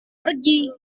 pergi